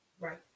right